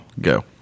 Go